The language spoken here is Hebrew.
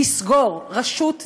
לסגור רשות ציבורית,